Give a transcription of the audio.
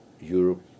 Europe